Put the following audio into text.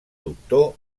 doctor